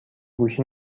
گوشی